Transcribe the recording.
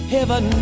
Heaven